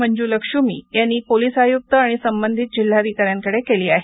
मंजुलक्ष्मी यांनी पोलीस आयुक्त आणि संबंधित जिल्हाधिकाऱ्यांकडे केली आहे